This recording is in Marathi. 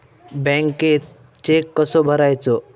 बँकेत चेक कसो भरायचो?